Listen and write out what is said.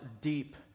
deep